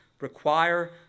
require